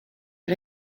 est